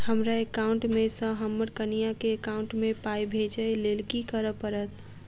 हमरा एकाउंट मे सऽ हम्मर कनिया केँ एकाउंट मै पाई भेजइ लेल की करऽ पड़त?